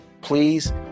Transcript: please